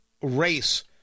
race